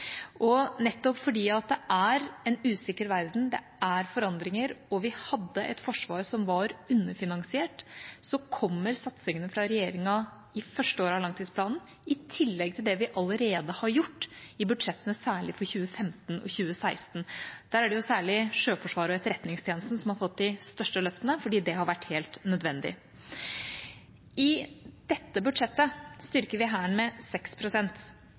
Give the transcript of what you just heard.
langtidsplanen. Nettopp fordi det er en usikker verden – det er forandringer – og vi hadde et forsvar som var underfinansiert, kommer satsingene fra regjeringa i første året av langtidsplanen, i tillegg til det vi allerede har gjort i budsjettene, særlig for 2015 og 2016. Der er det særlig Sjøforsvaret og Etterretningstjenesten som har fått de største løftene, fordi det har vært helt nødvendig. I dette budsjettet styrker vi Hæren med